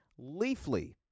Leafly